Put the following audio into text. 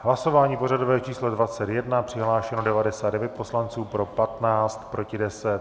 Hlasování pořadové číslo 21, přihlášeno 99 poslanců, pro 15, proti 10.